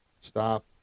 stop